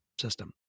system